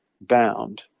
bound